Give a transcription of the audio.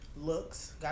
looks